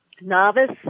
novice